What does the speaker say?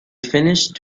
finished